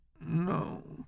No